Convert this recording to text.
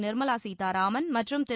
நிர்மலா சீதாராமன் மற்றும் திரு